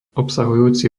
obsahujúci